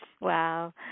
Wow